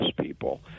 people